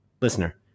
listener